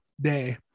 day